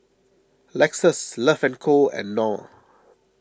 Lexus Love and Co and Knorr